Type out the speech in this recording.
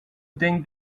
think